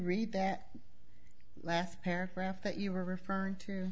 read that last paragraph that you were referring to